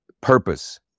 Purpose